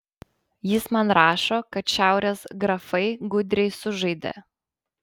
jis man rašo kad šiaurės grafai gudriai sužaidė